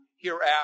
hereafter